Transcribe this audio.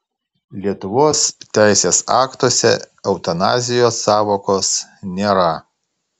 lietuvos teisės aktuose eutanazijos sąvokos nėra